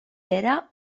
era